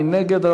מי נגד?